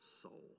soul